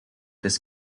this